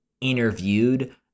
interviewed